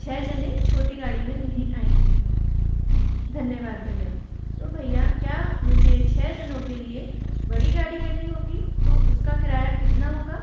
छः जने छोटी गाड़ी में नहीं आएंगे धन्यवाद भैया तो भैया क्या मुझे छः जनों के लिए बड़ी गाड़ी करनी होगी तो उसका किराया कितना होगा